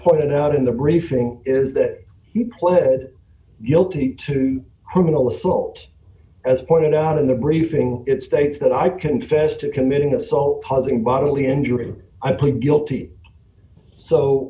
pointed out in the briefing is that he pled guilty to criminal assault as pointed out in the briefing it states that i confess to committing assault causing bodily injury i plead guilty so